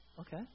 okay